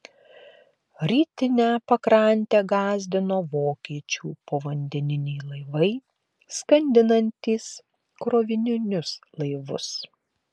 rytinę pakrantę gąsdino vokiečių povandeniniai laivai skandinantys krovininius laivus